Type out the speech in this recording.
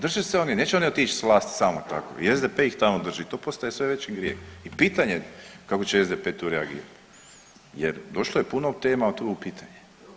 Drže se oni, neće oni otići s vlasti samo tako, i SDP ih tamo drži, to postaje sve veći grijeh i pitanje je kako će SDP tu reagirati jer došlo je puno tema o ... pitanje.